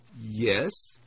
Yes